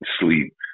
sleep